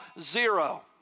zero